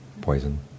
poison